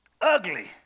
ugly